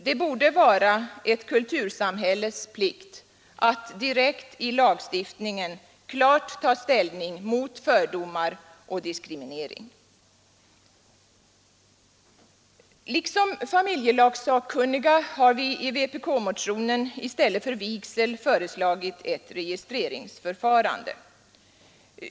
Det borde vara ett kultursamhälles plikt att direkt i lagstiftningen klart ta ställning mot fördomar och diskriminering. Liksom familjelagssakkunniga har vi i vpk-motionen i stället för vigsel föreslagit ett registreringsförfarande.